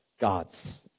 gods